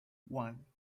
one